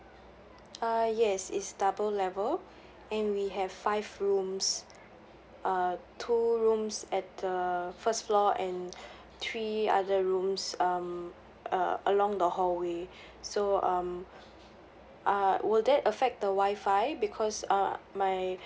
uh yes is double level and we have five rooms uh two rooms at the first floor and three other rooms um uh along the hallway so um uh will that affect the wi-fi because uh my